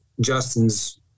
Justin's